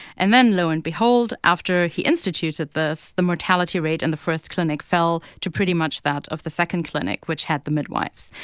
and then lo and behold, after he instituted this, the mortality rate in and the first clinic fell to pretty much that of the second clinic, which had the midwives.